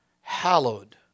hallowed